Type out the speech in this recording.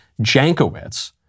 Jankowicz